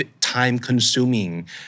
time-consuming